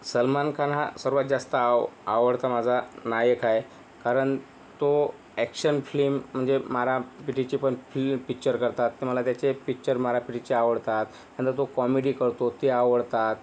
सलमान खान हा सर्वात जास्त आव आवडता माझा नायक आहे कारण तो ॲक्शन फ्लीम म्हणजे मारापीटीची पण फिल्म् पिच्चर करतात ते मला त्याचे पिच्चर मारापीटीची आवडतात नंतर तो कॉमेडी करतो ते आवडतात